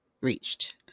reached